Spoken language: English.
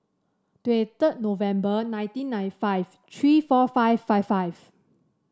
twenty third November nineteen ninety five three four five five five